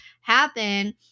happen